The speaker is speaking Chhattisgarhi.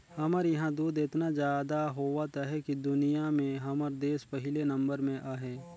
हमर इहां दूद एतना जादा होवत अहे कि दुनिया में हमर देस पहिले नंबर में अहे